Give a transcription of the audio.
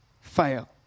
fail